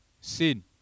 Sin